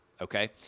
Okay